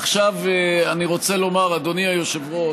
עכשיו אני רוצה לומר, אדוני היושב-ראש: